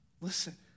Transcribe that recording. Listen